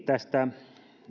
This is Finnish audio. tästä